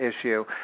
issue